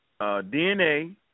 DNA